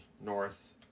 North